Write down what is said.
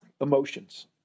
emotions